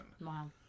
Wow